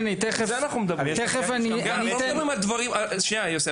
יבגני, תכף אני אתן --- שנייה, יוסי.